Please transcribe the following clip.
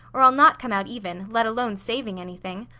or i'll not come out even, let alone saving anything.